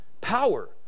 power